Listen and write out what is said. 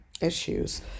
issues